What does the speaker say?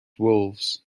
wolves